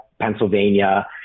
Pennsylvania